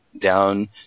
down